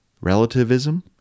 relativism